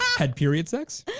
had period sex?